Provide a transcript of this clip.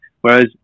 whereas